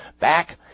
back